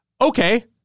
okay